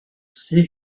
see